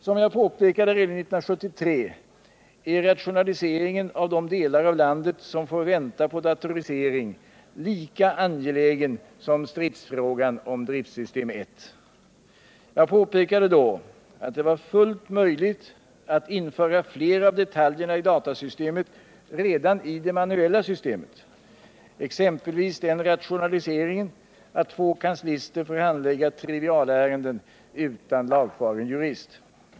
Som jag påpekade redan 1973 är rationaliseringen av de delar av landet som får vänta på datorisering lika angelägen som stridsfrågan om driftsystem 1. Jag påpekade då att det var fullt möjligt att införa flera av detaljerna i datasystemet redan i det manuella systemet, exempelvis den rationaliseringen att två kanslister får handlägga trivialärenden utan lagfaren jurist.